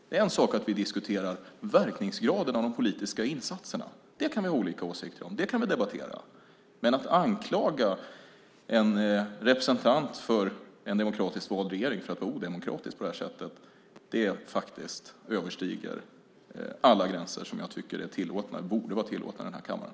Det är en sak att vi diskuterar verkningsgraden av de politiska insatserna - det kan vi ha olika åsikter om, och det kan vi debattera - men att anklaga en representant för en demokratiskt vald regering för att vara odemokratisk överstiger alla tillåtna gränser i kammaren.